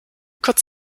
kurz